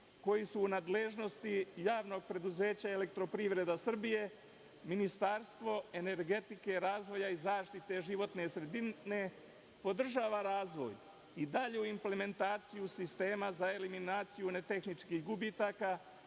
koji su u nadležnosti JP „Elektroprivreda Srbije“, Ministarstvo energetike, razvoja i zaštite životne sredine podržava razvoj i dalju implementaciju sistema za eliminaciju ne tehničkih gubitaka